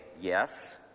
yes